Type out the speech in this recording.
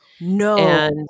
No